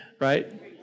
Right